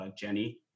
Jenny